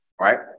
right